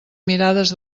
mirades